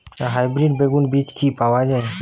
Hybrid বেগুন বীজ কি পাওয়া য়ায়?